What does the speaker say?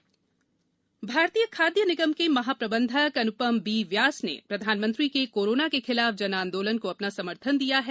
जनआंदोलन भारतीय खाद्य निगम के महाप्रबंधक अनुपम बी व्यास ने प्रधानमंत्री के कोरोना के खिलाफ जन आंदोलन को अपना समर्थन दिया है